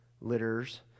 Litters